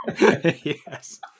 Yes